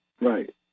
Right